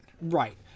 right